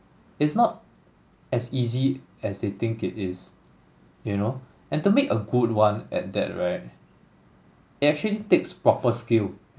it's not as easy as they think it is you know and to make a good one at that right it actually takes proper skill